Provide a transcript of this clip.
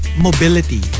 mobility